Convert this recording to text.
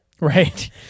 Right